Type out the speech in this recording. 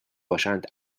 باشند